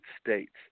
states